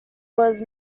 was